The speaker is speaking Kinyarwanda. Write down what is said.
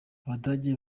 abadage